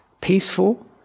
peaceful